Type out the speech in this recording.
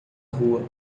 rua